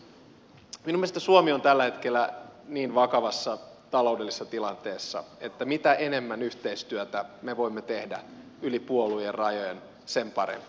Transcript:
minun mielestäni suomi on tällä hetkellä niin vakavassa taloudellisessa tilanteessa että mitä enemmän yhteistyötä me voimme tehdä yli puoluerajojen sen parempi